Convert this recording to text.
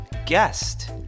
Guest